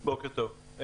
בוקר טוב,